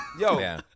yo